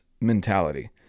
mentality